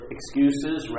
Excuses